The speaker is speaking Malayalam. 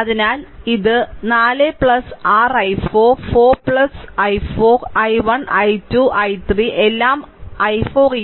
അതിനാൽ ഇത് 4 r i4 4 i4 i1 i 2 i3 എല്ലാം i4